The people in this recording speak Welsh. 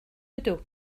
ydw